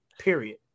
Period